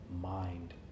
mind